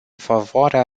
favoarea